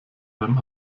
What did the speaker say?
beim